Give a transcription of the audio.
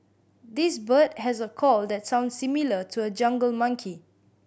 this bird has a call that sounds similar to a jungle monkey